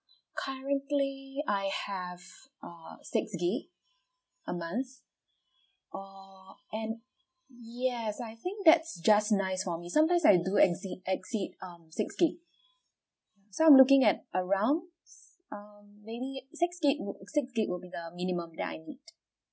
currently I have err six gig a month or and yes I think that's just nice for me sometimes I do exit exceed um six gig so I'm looking at around um maybe six gig wo~ six gig would be the minimum that I need